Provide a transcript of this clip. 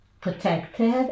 protected